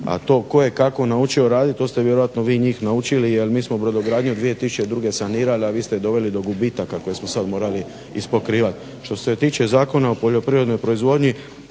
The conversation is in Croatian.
a to tko je kako naučio raditi to ste vjerojatno vi njih naučili jer mi smo brodogradnju 2002. sanirali, a vi ste je doveli do gubitaka koje smo sad morali ispokrivati. Što se tiče Zakona o poljoprivrednoj proizvodnji